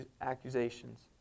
accusations